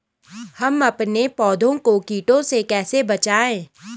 हम अपने पौधों को कीटों से कैसे बचाएं?